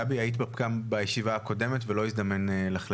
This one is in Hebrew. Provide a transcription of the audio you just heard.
גבי, היית גם בישיבה הקודמת ולא הזדמן לך לדבר,